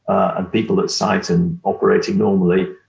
and people at site and operating normally,